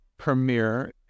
premiere